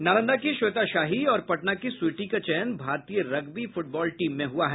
नालंदा की श्वेता शाही और पटना की स्वीटी का चयन भारतीय रग्बी फुटबॉल टीम में हुआ है